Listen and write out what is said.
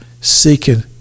seeking